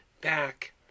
back